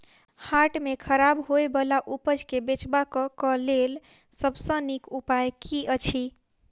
हाट मे खराब होय बला उपज केँ बेचबाक क लेल सबसँ नीक उपाय की अछि?